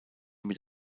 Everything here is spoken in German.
mit